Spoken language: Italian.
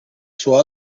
suo